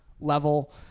level